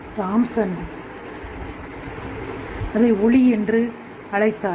Thomson அதைஎன்று அழைத்தார் ஒளி